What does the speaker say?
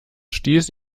stieß